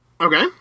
Okay